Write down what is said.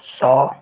सौ